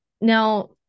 Now